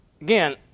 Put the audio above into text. again